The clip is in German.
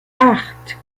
acht